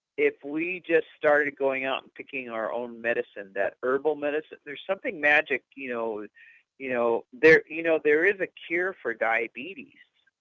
if we just started going out picking our own medicine, that herbal medicine, there's something magic. you know you know there you know there is a cure for diabetes.